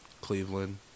Cleveland